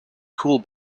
cool